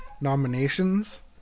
nominations